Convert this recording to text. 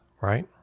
right